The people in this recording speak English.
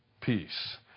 peace